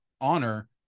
honor